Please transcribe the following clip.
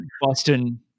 Boston